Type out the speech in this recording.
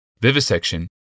vivisection